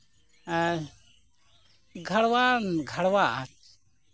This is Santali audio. ᱮᱸᱜ ᱜᱷᱮᱲᱣᱟ ᱜᱷᱮᱲᱣᱟ